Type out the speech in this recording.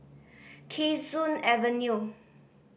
Kee Soon Avenue